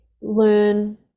learn